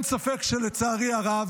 גם אין ספק שלצערי הרב,